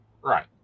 Right